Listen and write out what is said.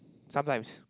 sometimes